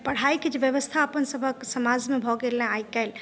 पढ़ाईके व्यवस्था जे अपन सभके समाजमे भऽ गेल हँ आइकाल्हि